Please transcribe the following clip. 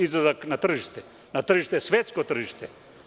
Izlazak na tržište, na svetsko tržište.